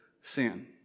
sin